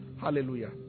Hallelujah